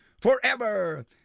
forever